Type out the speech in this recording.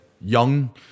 Young